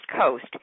Coast